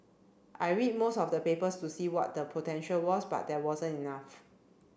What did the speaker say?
I read most of the papers to see what the potential was but there wasn't enough